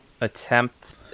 attempt